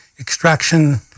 Extraction